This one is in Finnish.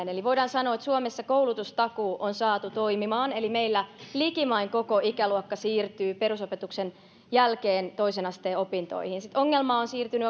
eli voidaan sanoa että suomessa koulutustakuu on saatu toimimaan eli meillä likimain koko ikäluokka siirtyy perusopetuksen jälkeen toisen asteen opintoihin ongelma on siirtynyt